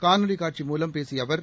காணொளி காட்சி மூலம் பேசிய அவர்